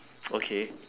okay